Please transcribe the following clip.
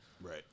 Right